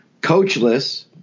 coachless